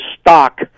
stock